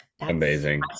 amazing